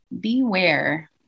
beware